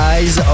Eyes